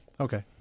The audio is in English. Okay